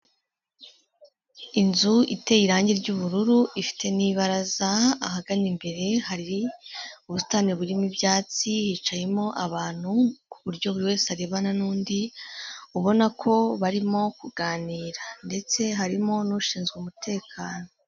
Inzu iteye irangi ry'ubururu ifite n'ibaraza, ahagana imbere hari ubusitani burimo ibyatsi, hicayemo abantu ku buryo buri wese arebana n'undi, ubona ko barimo kuganira ndetse harimo n'ushinzwe umutekano.